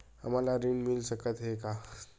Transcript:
हमन ला ऋण मिल सकत हे का?